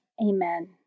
Amen